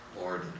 Lord